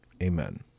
Amen